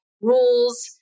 rules